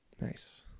nice